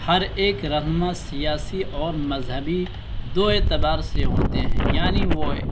ہر ایک رہنما سیاسی اور مذہبی دو اعتبار سے ہوتے ہیں یعنی وہ